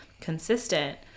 consistent